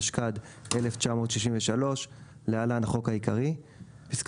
התשכ"ד-1963 בחוק